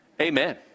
Amen